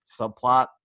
subplot